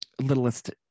littlest